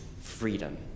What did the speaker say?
Freedom